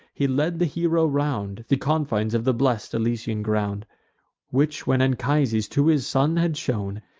he led the hero round the confines of the blest elysian ground which when anchises to his son had shown,